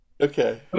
Okay